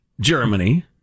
Germany